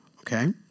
Okay